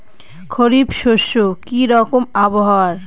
খরিফ শস্যে কি রকম আবহাওয়ার?